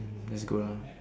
that's good lah